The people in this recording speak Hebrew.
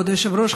כבוד היושב-ראש,